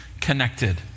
connected